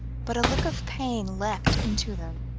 but a look of pain leapt into them,